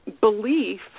belief